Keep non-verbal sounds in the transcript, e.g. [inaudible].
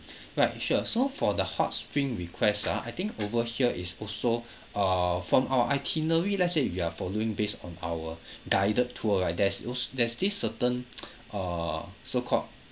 [breath] right sure so for the hot spring request ah I think over here it's also uh from our itinerary let's say we are following based on our guided tour right there's al~ there's this certain [noise] uh so called